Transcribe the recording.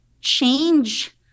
change